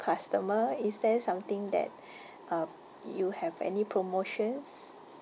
customer is there something that uh you have any promotions